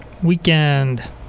Weekend